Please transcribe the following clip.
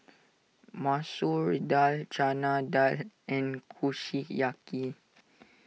Masoor Dal Chana Dal and Kushiyaki